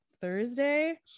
thursday